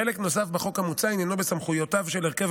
חלק נוסף בחוק המוצע עניינו בסמכויותיו של הרכב